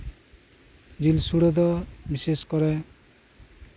ᱡᱤᱞ ᱥᱚᱲᱮ ᱫᱚ ᱵᱤᱥᱮᱥ ᱠᱚᱨᱮᱜ ᱫᱚ